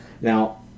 Now